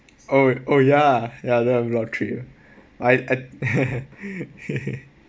oh oh ya ya don't have block trip I I